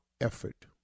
effort